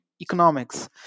economics